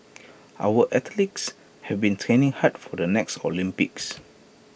our athletes have been training hard for the next Olympics